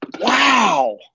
Wow